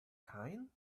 kind